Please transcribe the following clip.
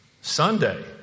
Sunday